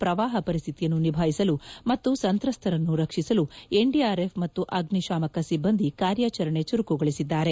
ಪ್ರವಾಹ ಪರಿಸ್ಡಿತಿ ನಿಭಾಯಿಸಲು ಮತ್ತು ಸಂತ್ರಸ್ತರನ್ನು ರಕ್ಷಿಸಲು ಎನ್ಡಿಆರ್ಎಫ್ ಮತ್ತು ಆಗ್ನಿಶಾಮಕ ಸಿಬ್ಬಂದಿ ಕಾರ್ಯಾಚರಣೆ ಚುರುಕುಗೊಳಿಸಿದ್ದಾರೆ